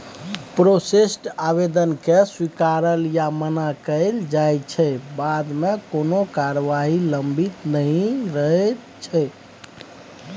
processed आबेदनकेँ स्वीकारल या मना कएल जाइ छै बादमे कोनो कारबाही लंबित नहि रहैत छै